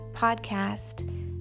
podcast